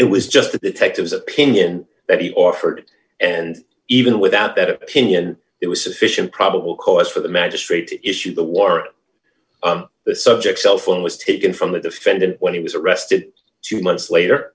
it was just the detective's opinion that he offered and even without that opinion it was sufficient probable cause for the magistrate to issue the warrant the subjects cell phone was taken from the defendant when he was arrested two months later